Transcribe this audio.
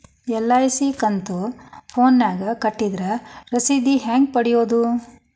LIC ಕಂತು ಫೋನದಾಗ ಕಟ್ಟಿದ್ರ ರಶೇದಿ ಹೆಂಗ್ ಪಡೆಯೋದು?